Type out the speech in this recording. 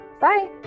Bye